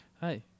Hi